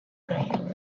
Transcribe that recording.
greater